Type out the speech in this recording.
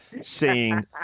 seeing